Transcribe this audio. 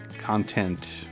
content